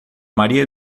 maria